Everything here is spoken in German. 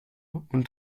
und